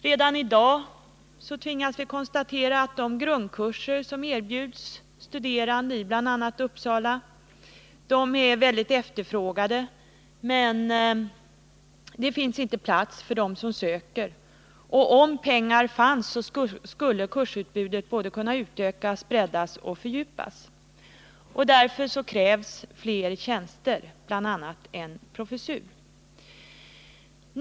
Redan i dag tvingas vi konstatera att de grundkurser som erbjuds studerande i bl.a. Uppsala är mycket efterfrågade men att det inte finns plats för dem som söker utbildningen. Om pengar fanns, skulle kursutbudet både kunna utökas, breddas och fördjupas. Därför krävs fler tjänster, bl.a. en professur.